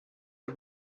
are